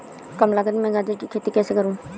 कम लागत में गाजर की खेती कैसे करूँ?